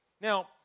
Now